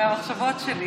מהמחשבות שלי.